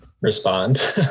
respond